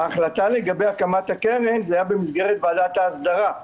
ההחלטה לגבי הקמת הקרן הייתה במסגרת ועדת ההסדרה.